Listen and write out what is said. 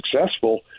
successful